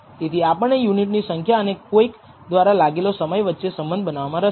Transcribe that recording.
તેથી આપણને યુનિટ ની સંખ્યા અને કોઈક દ્વારા લાગેલા સમય વચ્ચે સંબંધ બનાવવામાં રસ છે